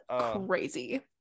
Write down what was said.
crazy